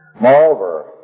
Moreover